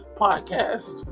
podcast